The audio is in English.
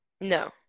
no